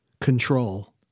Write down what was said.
control